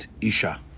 isha